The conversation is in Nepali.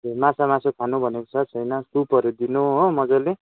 माछा मासु खानु भनेको छ छैन सुपहरू दिनु हो मज्जाले